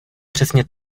přesně